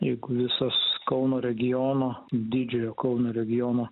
jeigu visas kauno regiono didžiojo kauno regiono